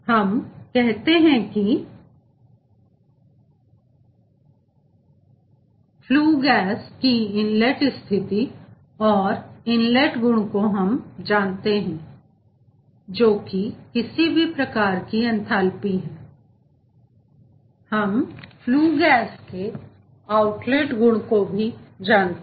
हम कहते हैं कि हम फ्ल्यू गैसकी इनलेट स्थिति और इनलेट गुण को जानते हैं जो कि किसी भी प्रकार की एंथेल्पी है हम फ्ल्यू गैस की आउटलेट गुण को जानते हैं